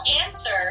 answer